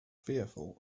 fearful